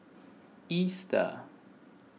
Easter